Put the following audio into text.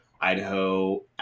Idaho